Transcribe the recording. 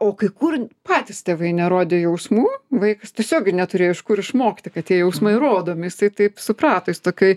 o kai kur patys tėvai nerodė jausmų vaikas tiesiog neturėjo iš kur išmokti kad tie jausmai rodomi jisai taip suprato jis tokioj